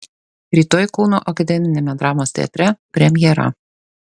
rytoj kauno akademiniame dramos teatre premjera